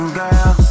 girl